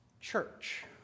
church